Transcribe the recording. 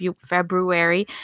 February